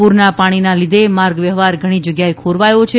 પૂરના પાણીના લીધે માર્ગ વ્યવહાર ઘણી જગ્યાએ ખોરવાથો છે